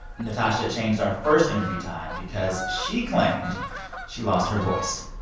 natasha changed our first interview time because she claimed she lost her voice